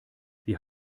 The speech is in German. wie